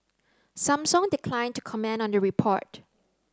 Samsung declined to comment on the report